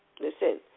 listen